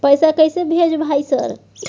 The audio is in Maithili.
पैसा कैसे भेज भाई सर?